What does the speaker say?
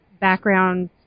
background